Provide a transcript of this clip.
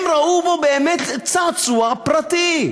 הם ראו בו באמת צעצוע פרטי.